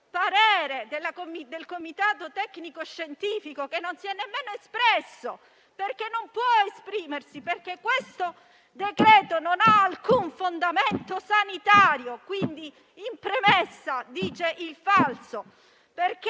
parere del Comitato tecnico-scientifico, che non si è nemmeno espresso, perché non può esprimersi, perché questo decreto non ha alcun fondamento sanitario. In premessa esso dice il falso, perché